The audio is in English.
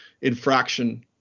infraction